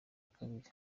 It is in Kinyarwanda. kabiri